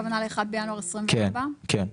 הכוונה ל-1 בינואר 2024. כן.